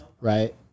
right